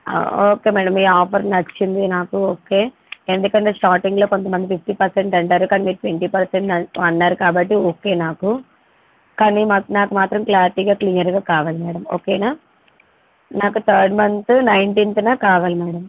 okay madam మీ offer నచ్చింది నాకు ఓకే ఎందుకంటే స్టార్టింగ్లో కొంతమంది ఫిఫ్టీ పర్సెంట్ అంటారు కానీ మీరు ట్వంటీ పర్సెంట్ అన్నా అన్నారు కాబట్టి ఓకే నాకు కానీ మాకు నాకు మాత్రం క్లారిటీగా క్లియర్గా కావాలి మ్యాడమ్ ఓకేనా నాకు థర్డ్ మంత్ నైన్టీన్త్న కావాలి మ్యాడమ్